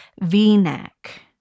v-neck